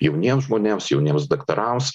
jauniems žmonėms jauniems daktarams